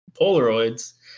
Polaroids